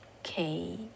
Okay